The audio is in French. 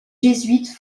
jésuite